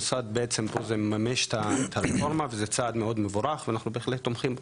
המשרד מממש פה את הרפורמה וזה צעד מבורך מאוד ואנחנו תומכים בהחלט.